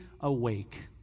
awake